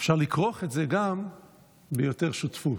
אפשר לכרוך את זה גם ביותר שותפות.